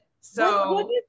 So-